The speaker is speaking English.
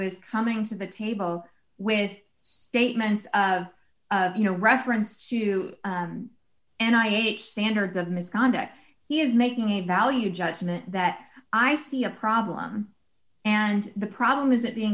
is coming to the table with statements of you know reference to and i ate standards of misconduct he is making a value judgment that i see a problem and the problem is it being